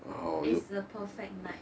it's a perfect night